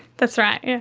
that's right, yes.